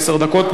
עשר דקות.